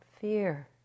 fear